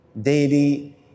daily